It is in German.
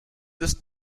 ist